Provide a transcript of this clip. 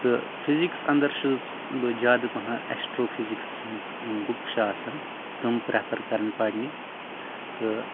تہٕ فِزِکٕس اَندَر چھُس بہٕ زیادٕ پَہَن اٮ۪سٹرٛو فِزِکٕس ہِنٛز یِم بُکہٕ چھَ آسَان تِم پرٛفَر کَران پَرنہِ تہٕ